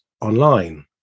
online